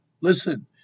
listen